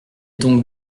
donc